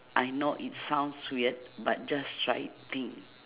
I know it sounds weird but just try thing